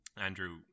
Andrew